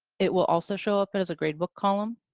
it will also show up but as a grade book column